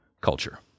culture